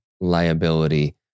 liability